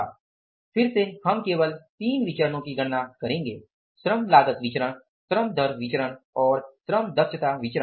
फिर से हम केवल 3 विचरणो की गणना करेंगे श्रम लागत श्रम दर श्रम दक्षता विचरण